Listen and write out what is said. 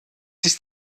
sich